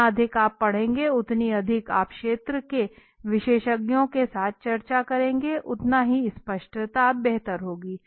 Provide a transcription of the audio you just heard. जितना अधिक आप पढ़ेंगे उतनी अधिक आप क्षेत्र के विशेषज्ञों के साथ चर्चा करेंगे उतना ही स्पष्टता बेहतर होगी